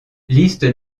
liste